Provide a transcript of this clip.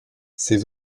c’est